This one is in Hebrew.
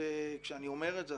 וכשאני אומר את זה,